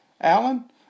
Alan